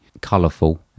colourful